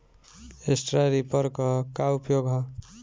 Straw reaper क का उपयोग ह?